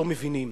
לא מבינים,